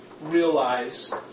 realize